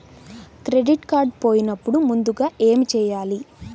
Credit card పోయినపుడు ముందుగా ఏమి చేయాలి?